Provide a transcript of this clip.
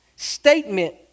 Statement